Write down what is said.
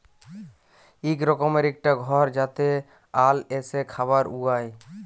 ইক রকমের ইকটা ঘর যাতে আল এসে খাবার উগায়